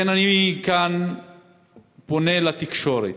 לכן אני כאן פונה לתקשורת: